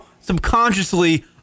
subconsciously